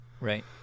Right